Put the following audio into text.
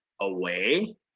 away